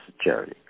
charity